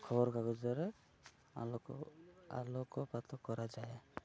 ଖବର କାଗଜରେ ଆଲୋକ ଆଲୋକପାତ କରାଯାଏ